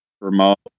remote